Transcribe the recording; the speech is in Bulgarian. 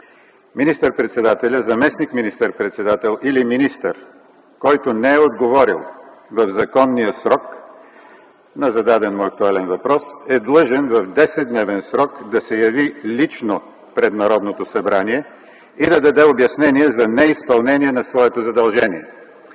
министър-председателят, заместник министър-председател или министър, който не е отговорил в законния срок на зададен му актуален въпрос, е длъжен в 10-дневен срок да се яви лично пред Народното събрание и да даде обяснение за неизпълнение на своето задължение.